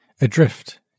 Adrift